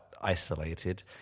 isolated